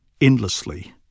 endlessly